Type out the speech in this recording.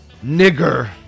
Nigger